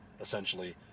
essentially